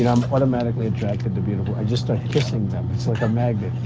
and i'm automatically attracted to beautiful i just start kissing them. it's like um